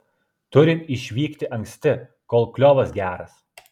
turim išvykti anksti kol kliovas geras